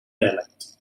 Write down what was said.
dialect